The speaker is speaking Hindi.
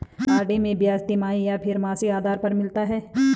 आर.डी में ब्याज तिमाही या फिर मासिक आधार पर मिलता है?